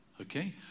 Okay